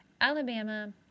Alabama